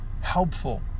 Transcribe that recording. helpful